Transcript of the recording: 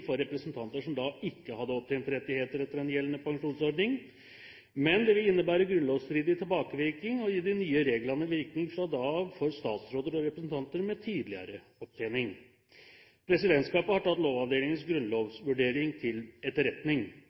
for representanter som da ikke hadde opptjent rettigheter etter den gjeldende pensjonsordningen. Men det vil innebære grunnlovsstridig tilbakevirkning å gi de nye reglene virkning fra da av for statsråder og representanter med tidligere opptjening. Presidentskapet har tatt Lovavdelingens grunnlovsvurdering til etterretning.